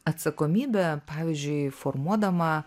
atsakomybę pavyzdžiui formuodama